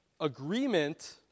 agreement